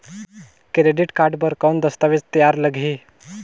Credit card बर कौन दस्तावेज तैयार लगही?